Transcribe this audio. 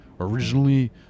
originally